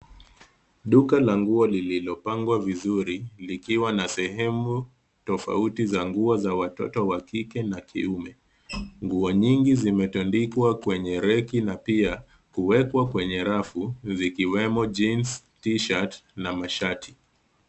Duka la nguo lililopangwa vizuri likiwa na sehemu tofauti za nguo za watoto wa kike na kiume. Nguo nyingi zimetundikwa kwenye reki na pia kuwekwa kwenye rafu zikiwemo jeans, t-shirt na mashati.